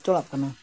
ᱪᱟᱞᱟᱜ ᱠᱟᱱᱟ